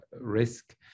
risk